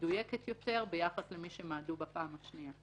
ומדויקת יותר ביחס למי שמעדו בפעם השנייה.